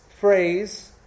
phrase